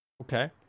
Okay